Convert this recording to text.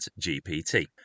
GPT